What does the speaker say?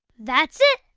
that's it.